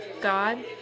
God